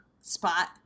spot